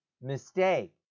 mistake